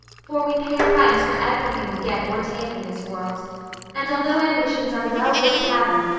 for we pay a price for everything we get or take in this world and although ambitions are well worth having,